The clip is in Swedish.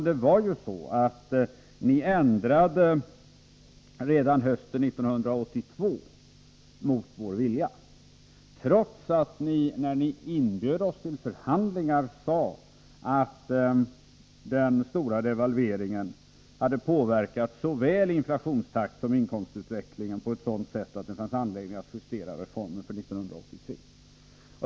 Det viktiga är att ni gjorde en ändring redan hösten 1982 mot vår vilja, trots att ni, när ni inbjöd oss till förhandlingar, sade att den stora devalveringen hade påverkat såväl inflationstakten som inkomstutvecklingen på ett sådant sätt att det fanns anledning att justera reformen för 1983.